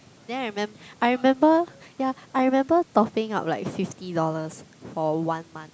then I remem~ I remember yeah I remember topping up like fifty dollars for one month